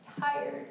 tired